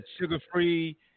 Sugar-free